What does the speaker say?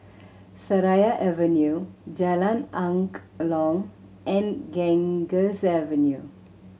Seraya Avenue Jalan Angklong and Ganges Avenue